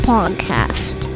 Podcast